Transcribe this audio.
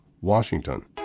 Washington